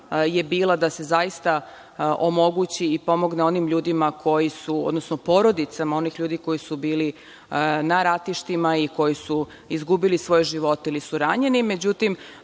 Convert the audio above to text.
je bila da se zaista omogući i pomogne onim ljudima koji su, odnosno porodicama onih ljudi koji su bili na ratištima i koji su izgubili svoje živote ili su ranjeni.